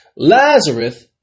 Lazarus